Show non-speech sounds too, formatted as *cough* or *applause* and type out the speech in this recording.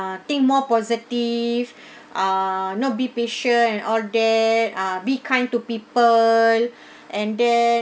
think more positive *breath* uh know be patient and all that uh be kind to people *breath* and then